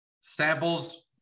Samples